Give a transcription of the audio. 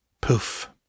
Poof